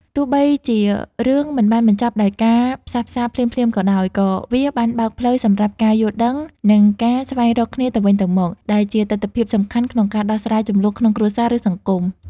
ទោះបីជារឿងមិនបានបញ្ចប់ដោយការផ្សះផ្សារភ្លាមៗក៏ដោយ ក៏វាបានបើកផ្លូវសម្រាប់ការយល់ដឹង និងការស្វែងរកគ្នាទៅវិញទៅមក ដែលជាទិដ្ឋភាពសំខាន់ក្នុងការដោះស្រាយជម្លោះក្នុងគ្រួសារ ឬសង្គម។